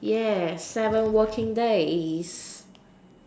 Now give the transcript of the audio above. yeah seven working days